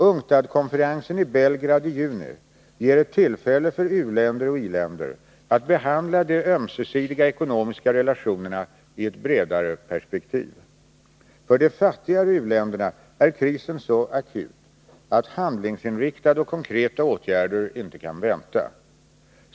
UNCTAD-konferensen i Belgrad i juni ger ett tillfälle för uoch i-länder att behandla de ömsesidiga ekonomiska relationerna i ett bredare perspektiv. För de fattigare u-länderna är krisen så akut att handlingsinriktade och konkreta åtgärder inte kan vänta.